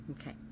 Okay